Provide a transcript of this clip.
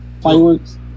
fireworks